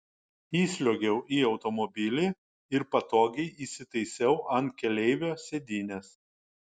įsliuogiau į automobilį ir patogiai įsitaisiau ant keleivio sėdynės